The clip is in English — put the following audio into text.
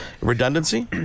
redundancy